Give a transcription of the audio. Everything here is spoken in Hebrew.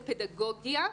לפדגוגיה,